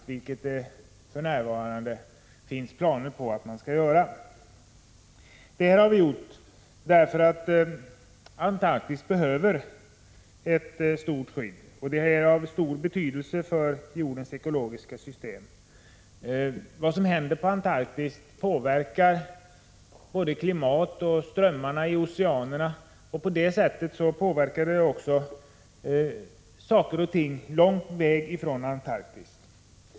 Det finns ju för närvarande planer på en sådan exploatering. Vi har framfört vårt förslag därför att Antarktis behöver ett starkt skydd. Området är av stor betydelse för jordens ekologiska system. Vad som händer i Antarktis påverkar klimatet, och det påverkar strömmarna i oceanerna. På det sättet påverkas också saker och ting långt från Antarktis.